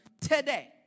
today